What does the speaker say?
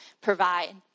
provide